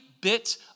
bit